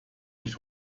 nicht